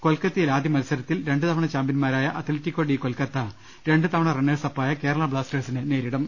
കൊൽക്കത്തയിൽ ആദ്യമത്സര ത്തിൽ രണ്ട്തവണ ചാമ്പ്യൻമാരായ അത്ലറ്റികോ ഡി കൊൽകൊത്ത രണ്ട് തവണ റണ്ണേഴ്സ് അപ്പായ കേരളാ ബ്ലാസ്റ്റേഴ്സിനെ നേരിട്ടും